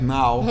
now